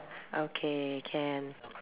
okay can